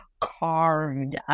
carved